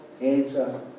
answer